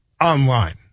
online